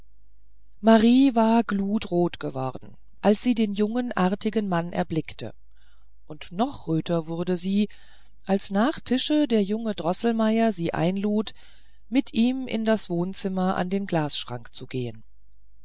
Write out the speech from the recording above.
marie war glutrot geworden als sie den jungen artigen mann erblickte und noch röter wurde sie als nach tische der junge droßelmeier sie einlud mit ihm in das wohnzimmer an den glasschrank zu gehen